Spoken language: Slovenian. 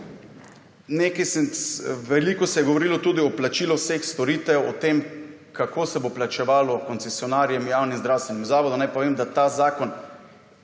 odpravile. Veliko se je govorilo tudi o plačilu vseh storitev, o tem, kako se bo plačevalo koncesionarjem, javnim zdravstvenim zavodom. Naj povem, da ta zakon